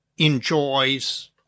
enjoys